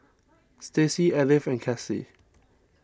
Stacey Edythe and Classie